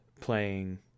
playing